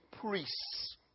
priests